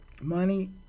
Money